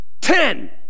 ten